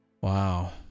Wow